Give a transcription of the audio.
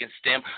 stem